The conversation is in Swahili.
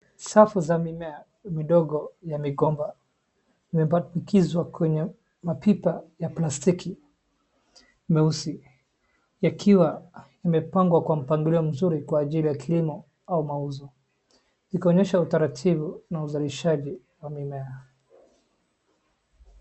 Safu za mimea midogo ya migomba imepandikizwa kwenye mapipa ya plastiki meusi yakiwa yamepangwa kwa mpangilio mzuri kwa ajili ya kilimo au mauzo. Ni kuonyesha utaratibu na uzalishaji wa mimea.